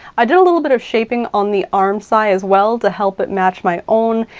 i did a little bit of shaping on the arm side as well to help it match my own.